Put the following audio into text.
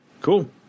Cool